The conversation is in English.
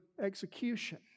execution